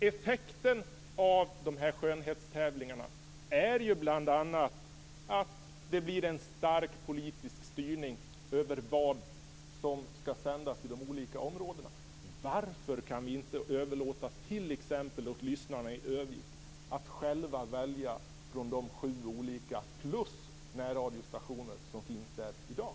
Effekten av dessa skönhetstävlingar är bl.a. att det blir en stark politisk styrning över vad som skall sändas i de olika områdena. Varför kan vi inte överlåta t.ex. åt lyssnarna i Örnsköldsvik att själva välja från de sju lokalradiostationer plus olika närradiostationer som finns där i dag?